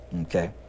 Okay